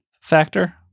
factor